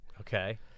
Okay